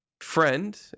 Friend